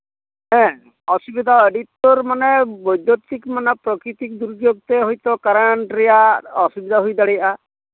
ᱦᱮᱸ ᱚᱥᱩᱵᱤᱫᱟ ᱟᱹᱰᱤ ᱩᱛᱟᱹᱨ ᱢᱟᱱᱮ ᱵᱳᱭᱫᱩᱛᱤᱠ ᱢᱟᱱᱮ ᱯᱨᱚᱠᱤᱛᱤᱠ ᱫᱩᱨᱡᱳᱜᱽ ᱛᱮ ᱦᱚᱭᱛᱮ ᱠᱟᱨᱮᱱᱴ ᱨᱮᱭᱟᱜ ᱚᱥᱩᱵᱤᱫᱟ ᱦᱩᱭ ᱫᱟᱲᱮᱭᱟᱜᱼᱟ